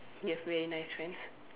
you have really nice friends